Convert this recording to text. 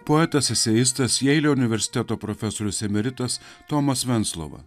poetas eseistas jeilio universiteto profesorius emeritas tomas venclova